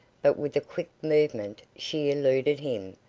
but with a quick movement she eluded him,